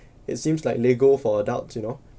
it seems like lego for adults you know